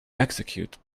execute